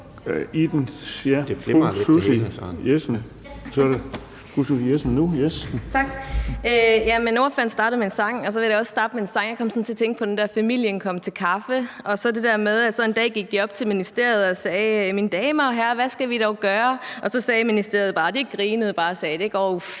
(DD): Ordføreren startede med en sang, og så vil jeg da også starte med en sang. Jeg kom sådan til at tænke på den der »Familien kom til kaffe« og så det der med, at en dag gik de op til ministeriet og sagde: Mine damer og herrer, hvad skal vi dog gøre? Og så grinede ministeriet bare og sagde, at det går